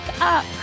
up